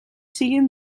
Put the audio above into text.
siguin